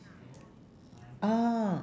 orh